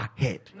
ahead